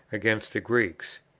against the greeks.